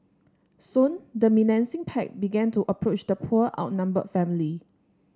soon the menacing pack began to approach the poor outnumbered family